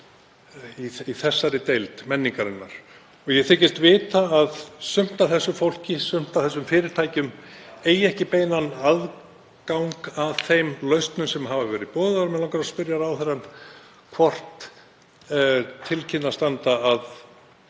í þessari deild menningarinnar. Ég þykist vita að sumt af þessu fólki, sumt af þessum fyrirtækjum, eigi ekki beinan aðgang að þeim lausnum sem boðaðar hafa verið. Mig langar að spyrja ráðherrann hvort til kynni að standa að